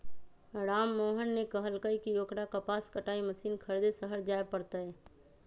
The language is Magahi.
राममोहन ने कहल कई की ओकरा कपास कटाई मशीन खरीदे शहर जाय पड़ तय